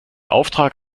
auftrag